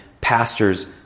pastors